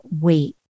wait